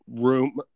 room